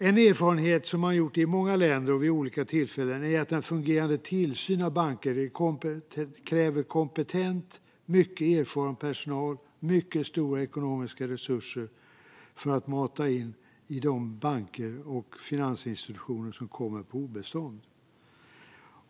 En erfarenhet som man har gjort i många länder och vid olika tillfällen är att en fungerande tillsyn av banker kräver kompetent och mycket erfaren personal och mycket stora ekonomiska resurser att mata in i de banker och finansinstitutioner som hamnar på obestånd.